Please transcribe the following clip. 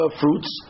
fruits